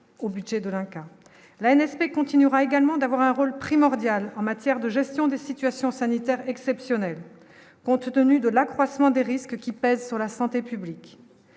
au budget de l'INCa la NSP continuera également d'avoir un rôle primordial en matière de gestion des situations sanitaires exceptionnelles, compte tenu de l'accroissement des risques qui pèsent sur la santé publique